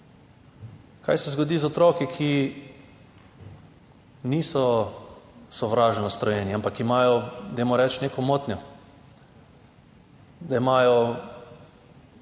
Kaj se zgodi z otroki, ki niso sovražno nastrojeni, ampak imajo, dajmo reči, neko motnjo, imajo